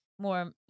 more